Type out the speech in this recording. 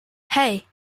hey